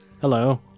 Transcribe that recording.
hello